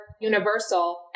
universal